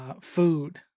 food